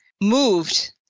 moved